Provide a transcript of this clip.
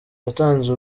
yatanze